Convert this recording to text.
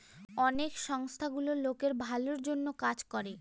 অনেক সংস্থা গুলো লোকের ভালোর জন্য কাজ করে